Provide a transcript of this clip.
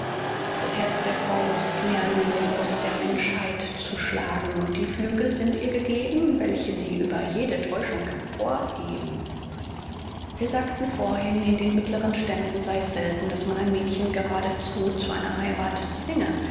das herz der frau muß es lernen in der brust der menschheit zu schlagen und die flügel sind ihr gegeben welche sie über jede täuschung emporheben wir sagten vorhin in den mittleren ständen sei es selten daß man ein mädchen gradezu zu einer heirath zwinge